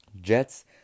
Jets